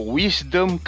wisdom